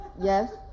Yes